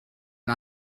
and